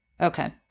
Okay